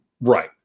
right